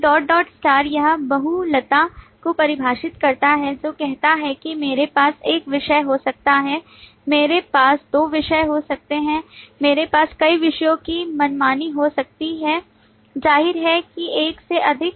एक dot dot star यह बहुलता को परिभाषित करता है जो कहता है कि मेरे पास एक विषय हो सकता है मेरे पास दो विषय हो सकते हैं मेरे पास कई विषयों की मनमानी हो सकती है ज़ाहिर है एक से अधिक